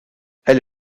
elle